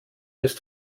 ist